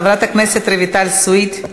חברת הכנסת רויטל סויד,